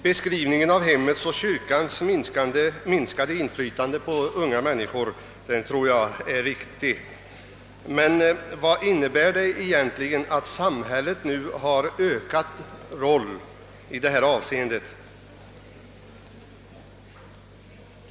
Beskriv ningen av hemmets och kyrkans minskade inflytande på unga människor tror jag är riktig, men vad innebär det egentligen att samhället nu spelar en större roll i detta avseende?